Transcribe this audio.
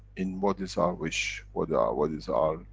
in what is our wish, what our. what is our,